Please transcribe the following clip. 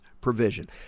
provision